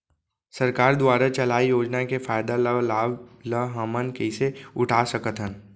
सरकार दुवारा चलाये योजना के फायदा ल लाभ ल हमन कइसे उठा सकथन?